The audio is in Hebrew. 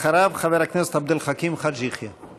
אחריו, חבר הכנסת עבד אל-חכים חאג' יחיא.